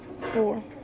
Four